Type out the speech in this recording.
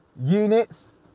units